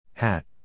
Hat